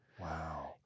Wow